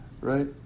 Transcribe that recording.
Right